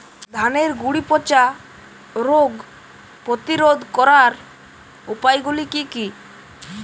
ধানের গুড়ি পচা রোগ প্রতিরোধ করার উপায়গুলি কি কি?